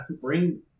bring